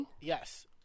Yes